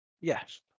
Yes